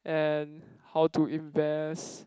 and how to invest